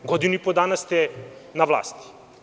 Godinu i po dana ste na vlasti.